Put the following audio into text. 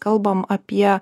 kalbam apie